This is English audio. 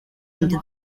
into